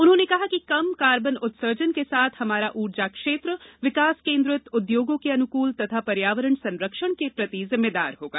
उन्होंने कहा कि कम कार्बन उत्सर्जन के साथ हमारा ऊर्जा क्षेत्र विकास केंद्रित उद्योगों के अनुकल तथा पर्यावरण संरक्षण के प्रति जिम्मेदार होगा